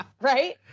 Right